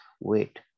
wait